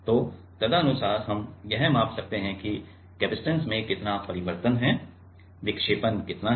तो तदनुसार हम यह माप सकते हैं कि कपसिटंस में कितना परिवर्तन है विक्षेपण कितना है